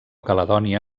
caledònia